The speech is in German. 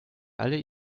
alle